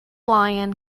lion